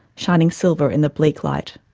shining silver in the bleak light.